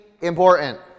important